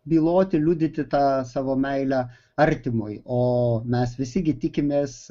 byloti liudyti tą savo meilę artimui o mes visi gi tikimės